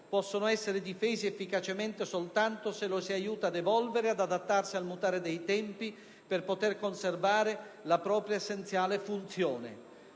possono essere difesi efficacemente soltanto se lo si aiuta ad evolvere, ad adattarsi al mutare dei tempi, per poter conservare la propria essenziale funzione.